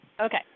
Okay